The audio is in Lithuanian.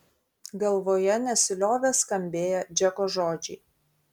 galvoje nesiliovė skambėję džeko žodžiai